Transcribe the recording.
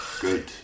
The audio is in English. Good